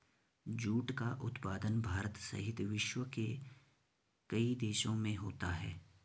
jute का उत्पादन भारत सहित विश्व के कई देशों में होता है